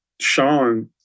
Sean